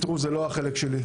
זה לא החלק שלי,